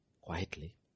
Quietly